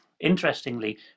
Interestingly